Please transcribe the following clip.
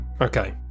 Okay